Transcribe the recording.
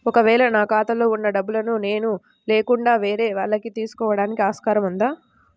ఒక వేళ నా ఖాతాలో వున్న డబ్బులను నేను లేకుండా వేరే వాళ్ళు తీసుకోవడానికి ఆస్కారం ఉందా?